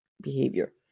behavior